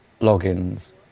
logins